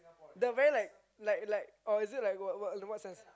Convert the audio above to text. the very like like like or is it like what what sense